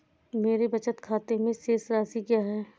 मेरे बचत खाते में शेष राशि क्या है?